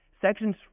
Sections